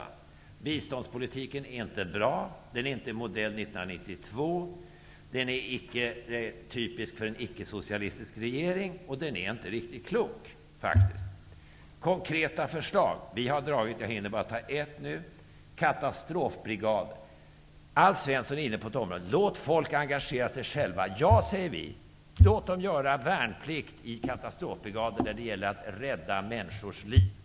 Vår biståndspolitik är inte bra, den är inte av modell 1992. Den är icke typisk för en ickesocialistisk regering. Den är faktiskt inte riktigt klok. Vi har konkreta förslag. Jag hinner bara nämna ett: katastrofbrigad. Alf Svensson var inne på att låta folk engagera sig själva. Ja, säger vi. Låt dem göra värnplikt i katastrofbrigader, där det gäller att rädda människors liv.